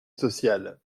sociale